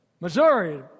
Missouri